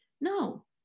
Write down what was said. No